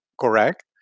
correct